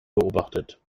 beobachtet